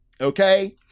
Okay